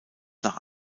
nach